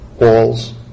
walls